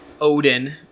Odin